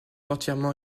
entièrement